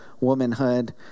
womanhood